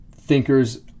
thinkers